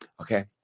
Okay